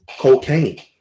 cocaine